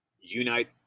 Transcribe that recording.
unite